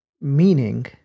Meaning